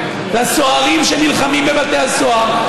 לסוהרים שנלחמים בבתי הסוהר,